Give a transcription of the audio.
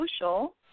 social